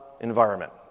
environment